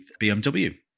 BMW